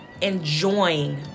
enjoying